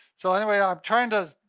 so, anyway, i'm tryin' to,